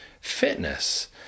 fitness